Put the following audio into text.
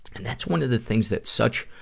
and that's one of the things that's such,